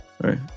Right